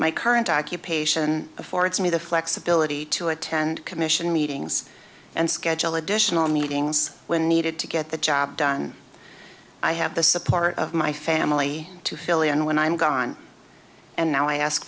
my current occupation affords me the flexibility to attend commission meetings and schedule additional meetings when needed to get the job done i have the support of my family to philly and when i'm gone and now i ask